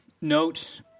Note